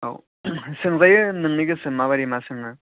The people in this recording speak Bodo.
औ सोंजायो नोंनि गोसो माबादि मा सोङो